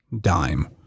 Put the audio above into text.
dime